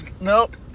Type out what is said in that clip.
nope